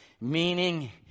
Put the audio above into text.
Meaning